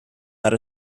that